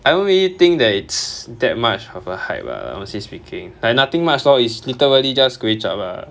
I don't really think that it's that much of a hype ah honestly speaking like nothing much lor it's literally just kway chap ah